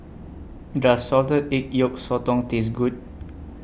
Does Salted Egg Yolk Sotong Taste Good